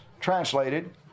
translated